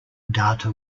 data